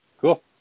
cool